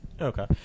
okay